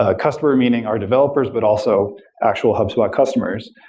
ah customer, meaning our developers, but also actual hubspot customers,